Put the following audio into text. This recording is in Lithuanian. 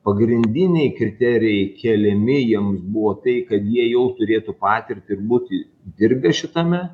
pagrindiniai kriterijai keliami jiems buvo tai kad jie jau turėtų patirtį ir būti dirbę šitame